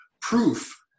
proof